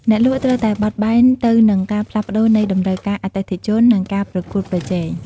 អ្នកលក់ត្រូវតែបត់បែនទៅនឹងការផ្លាស់ប្តូរនៃតម្រូវការអតិថិជន និងការប្រកួតប្រជែង។